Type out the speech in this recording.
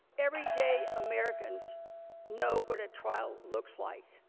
every day, americans know what a trial looks like.